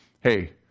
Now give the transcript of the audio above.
hey